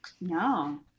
no